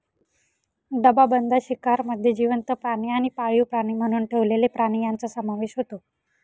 डबाबंद शिकारमध्ये जिवंत प्राणी आणि पाळीव प्राणी म्हणून ठेवलेले प्राणी यांचा समावेश होतो